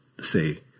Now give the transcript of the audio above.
Say